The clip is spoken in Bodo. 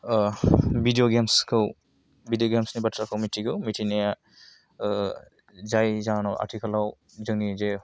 भिदिअ गेम्स खौ भिदिअ गेम्स नि बाथ्राखौ मिथिगौ मिथिनाया जाय जाहोनाव आथिखालाव जोंनि जे